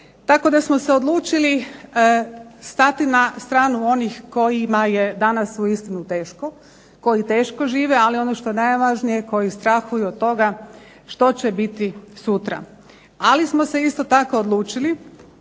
Tako da smo se odlučili stati na stranu onih kojima je danas uistinu teško, koji teško žive, ali ono što je najvažnije koji strahuju od toga što će biti sutra. Ali smo se isto tako odlučili